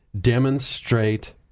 demonstrate